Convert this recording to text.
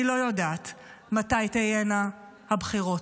אני לא יודעת מתי תהיינה הבחירות.